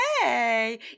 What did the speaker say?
hey